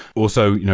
also, you know